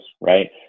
right